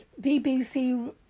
bbc